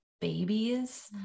babies